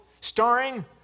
starring